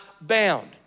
bound